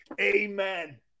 Amen